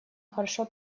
хорошо